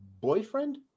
boyfriend